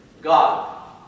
God